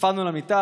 נפלנו על המיטה,